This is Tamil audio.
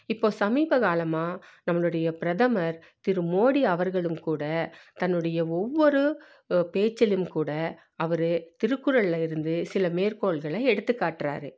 இப்போது சமீப காலமாக நம்மளுடைய பிரதமர் திரு மோடி அவர்களும் கூட தன்னுடைய ஒவ்வொரு பேச்சிலும் கூட அவர் திருக்குறளில் இருந்து சில மேற்கோள்களை எடுத்துக்காட்டுறாரு